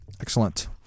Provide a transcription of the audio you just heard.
Excellent